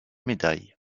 médailles